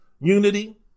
unity